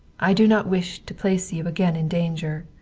i do not wish to place you again in danger.